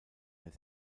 mehr